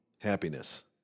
happiness